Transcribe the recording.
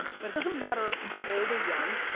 but it doesn't matter how old or young.